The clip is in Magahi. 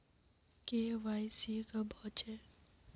के.वाई.सी कब होचे?